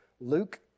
Luke